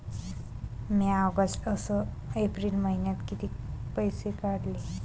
म्या ऑगस्ट अस एप्रिल मइन्यात कितीक पैसे काढले?